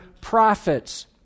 prophets